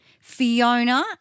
Fiona